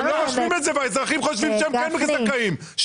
הם לא רושמים, והאזרחים חושבים שהם כן זכאים.